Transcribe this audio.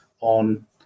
on